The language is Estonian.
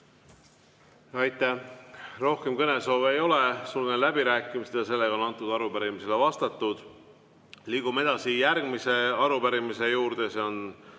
Aitäh! Rohkem kõnesoove ei ole, sulgen läbirääkimised. Sellele arupärimisele on vastatud. Liigume edasi järgmise arupärimise juurde. See on